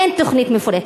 אין תוכנית מפורטת.